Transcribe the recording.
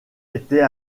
était